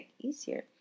easier